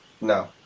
No